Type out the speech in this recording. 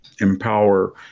empower